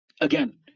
Again